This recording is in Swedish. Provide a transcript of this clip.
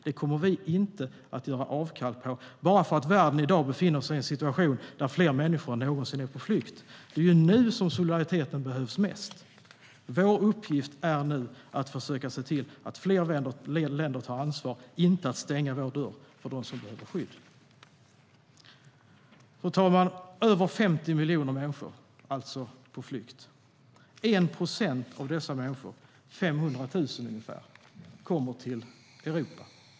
Det kommer vi inte att göra avkall på bara för att världen i dag befinner sig i en situation där fler människor än någonsin är på flykt. Fru talman! Över 50 miljoner människor befinner sig på flykt. 1 procent av dessa, 500 000 ungefär, kommer till Europa.